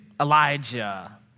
Elijah